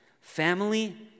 Family